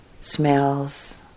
smells